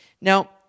Now